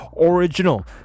original